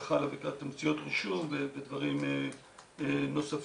תמציות רישום ודברים נוספים.